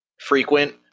frequent